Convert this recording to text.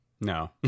No